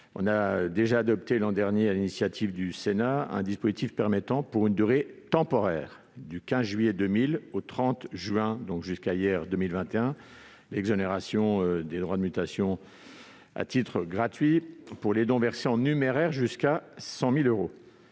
avons déjà adopté, sur l'initiative du Sénat, un dispositif permettant, pour une durée temporaire- du 15 juillet 2020 au 30 juin 2021 -, l'exonération des droits de mutation à titre gratuit pour les dons versés en numéraire jusqu'à 100 000 euros.